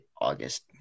August